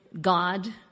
God